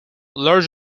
large